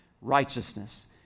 righteousness